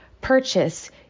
purchase